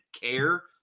care